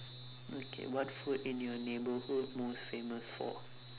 okay what food in your neighbourhood most famous for